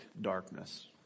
darkness